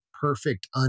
perfect